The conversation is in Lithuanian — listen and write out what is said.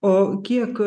o kiek